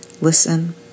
listen